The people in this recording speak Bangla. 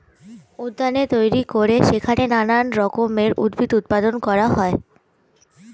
উদ্যানে তৈরি করে সেইখানে নানান রকমের উদ্ভিদ উৎপাদন করা হয়